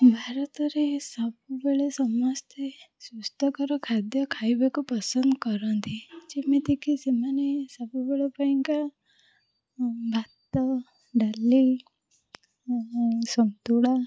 ଭାରତରେ ସବୁବେଳେ ସମସ୍ତେ ସୁସ୍ଥକର ଖାଦ୍ୟ ଖାଇବାକୁ ପସନ୍ଦ କରନ୍ତି ଯେମିତିକି ସେମାନେ ସବୁବେଳେ ପାଇଁକା ଭାତ ଡାଲି ଆଉ ସନ୍ତୁଳା